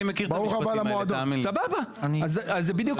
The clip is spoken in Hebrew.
שרת החדשנות, המדע והטכנולוגיה אורית פרקש